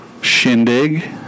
shindig